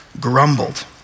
grumbled